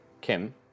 Kim